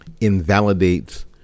invalidates